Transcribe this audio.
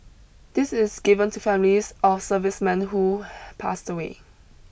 this is given to families of servicemen who pass away